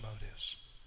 motives